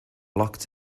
locked